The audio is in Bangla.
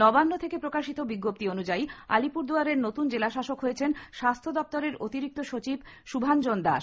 নবান্ন থেকে প্রকাশিত বিজ্ঞপ্তি অনুযায়ী আলিপুরদুয়ারের নতুন জেলাশাসক হয়েছেন স্বাস্থ্য দপ্তরের অতিরিক্ত সচিব শুভাঞ্জন দাস